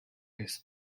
his